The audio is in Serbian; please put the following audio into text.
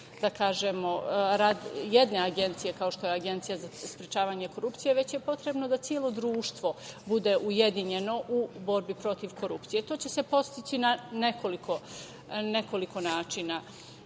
rad samo jedne agencije, kao što je Agencija za sprečavanje korupcije, već je potrebno da celo društvo bude ujedinjeno u borbi protiv korupcije. To će se postići na nekoliko načina. Prvo